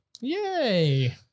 Yay